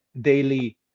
daily